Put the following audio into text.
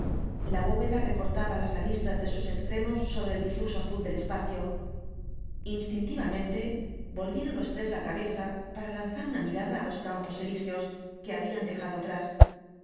la bóveda recortaba las aristas de sus extremos sobre difuso azul del espacio instintivamente volvieron los tres la cabeza para lanzar una mirada á los campos elíseos que habían dejado atrás